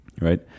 right